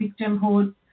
victimhood